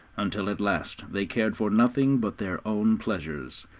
until at last they cared for nothing but their own pleasures,